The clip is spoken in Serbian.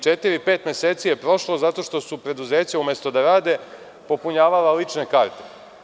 Četiri, pet meseci je prošlo zato što su preduzeća umesto da rade popunjavala lične karte.